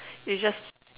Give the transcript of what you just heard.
you just